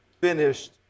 finished